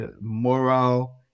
moral